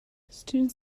students